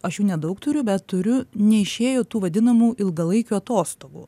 aš jų nedaug turiu bet turiu neišėjo tų vadinamų ilgalaikių atostogų